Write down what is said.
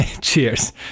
Cheers